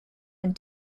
and